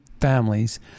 families